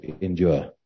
endure